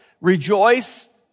rejoice